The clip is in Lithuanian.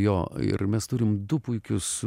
jo ir mes turim du puikius